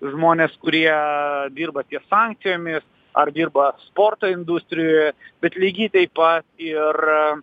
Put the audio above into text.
žmonės kurie dirba ties sankcijomis ar dirba sporto industrijoje bet lygiai taip pat ir